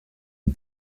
une